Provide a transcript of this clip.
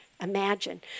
imagine